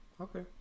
Okay